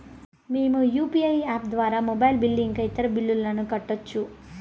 మేము UPI app ద్వారా mobile bill ఇంకా ఇతర బిల్లులను కట్టొచ్చు